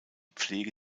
pflege